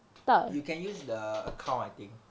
you can use the account I think